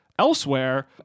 Elsewhere